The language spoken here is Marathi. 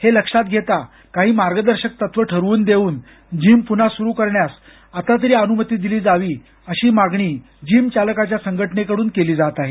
हे लक्षात घेता काही मार्गदर्शक तत्व ठरवून देऊन जिम पुन्हा सुरु करण्यास आतातरी अनुमती दिली अशी मागणी जिमचालकांच्या संघटनेकडून केली जात आहे